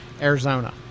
Arizona